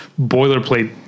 boilerplate